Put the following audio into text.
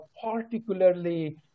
particularly